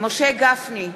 משה גפני,